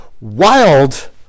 wild